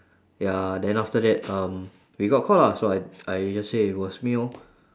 ya then after that um we got caught lah so I I just say it was me lor